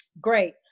great